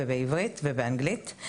עברית ואנגלית.